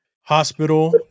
hospital